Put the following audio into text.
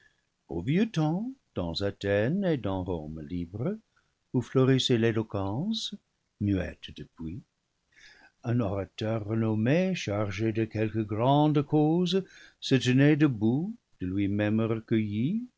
au vieux temps dans athènes et dans rome libre où florissait l'éloquence muette depuis un orateur renommé chargé de quelque grande cause se tenait debout de lui-même recueilli